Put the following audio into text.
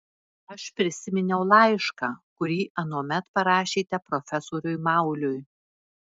aš prisiminiau laišką kurį anuomet parašėte profesoriui mauliui